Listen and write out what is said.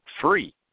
free